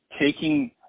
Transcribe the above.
taking